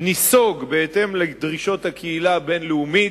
ניסוג בהתאם לדרישות הקהילה הבין-לאומית,